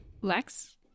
Lex